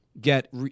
get